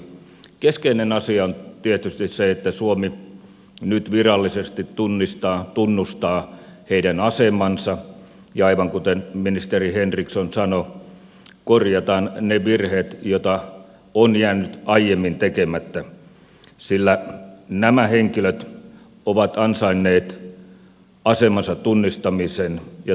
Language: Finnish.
keskeinen asia on tietysti se että suomi nyt virallisesti tunnustaa heidän asemansa ja aivan kuten ministeri henriksson sanoi korjataan ne virheet joita on aiemmin tehty sillä nämä henkilöt ovat ansainneet asemansa tunnistamisen ja tunnustamisen